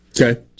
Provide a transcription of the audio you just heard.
Okay